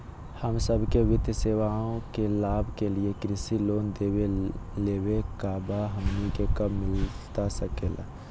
हम सबके वित्तीय सेवाएं के लाभ के लिए कृषि लोन देवे लेवे का बा, हमनी के कब मिलता सके ला?